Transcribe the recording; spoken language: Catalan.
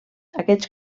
aquests